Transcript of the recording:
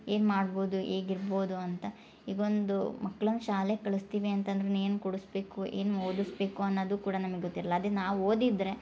ಏನು ಮಾಡ್ಬೋದು ಹೇಗೆ ಇರ್ಬೋದು ಅಂತ ಈಗ ಒಂದು ಮಕ್ಳನ್ನ ಶಾಲೆಗೆ ಕಳ್ಸ್ತೀವಿ ಅಂತ ಅಂದರೂನು ಏನು ಕೊಡ್ಸ್ಬೇಕು ಏನು ಓದಸ್ಬೇಕು ಅನ್ನೋದು ಕೂಡ ನಮ್ಗ ಗೊತ್ತಿರ್ಲ ಅದೇ ನಾವು ಓದಿದ್ದರೆ